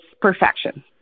perfection